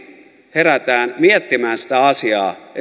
herätään miettimään sitä asiaa